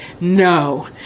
no